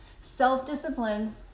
self-discipline